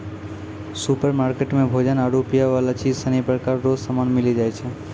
supermarket मे भोजन आरु पीयवला चीज सनी प्रकार रो समान मिली जाय छै